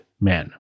men